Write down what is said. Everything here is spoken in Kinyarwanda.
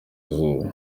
izuba